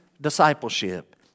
discipleship